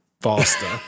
faster